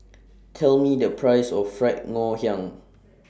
Tell Me The Price of Fried Ngoh Hiang